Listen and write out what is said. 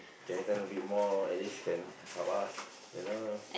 scared and a bit more at least can help us you know